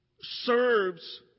serves